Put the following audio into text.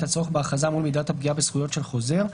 הצורך בהכרזה מול מידת הפגיעה בזכויות של חוזר,